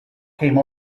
came